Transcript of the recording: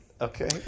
Okay